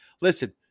Listen